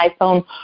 iPhone